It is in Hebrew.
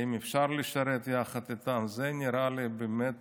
אם אפשר לשרת יחד איתן, זה נראה לי באמת